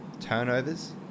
turnovers